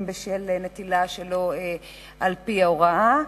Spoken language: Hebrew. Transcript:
בגלל נטילת תרופה שלא על-פי ההוראה.